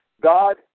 God